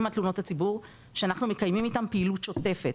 על תלונות הציבור שאנחנו מקיימים איתם פעילות שוטפת.